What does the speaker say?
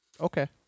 Okay